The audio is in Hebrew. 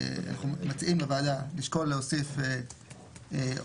אנו מציעים לוועדה לשקול להוסיף או